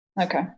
Okay